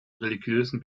religiösen